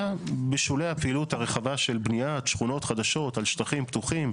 בשולי הפעילות הרחבה של בניית שכונות חדשות על שטחים פתוחים,